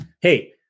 hey